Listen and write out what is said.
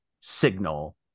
signal